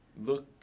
look